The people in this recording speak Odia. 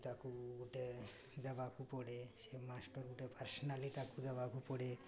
ତାକୁ ଗୋଟେ ଦେବାକୁ ପଡ଼େ ସେ ମାଷ୍ଟର ଗୋଟେ ପର୍ସନାଲି ତାକୁ ଦେବାକୁ ପଡ଼େ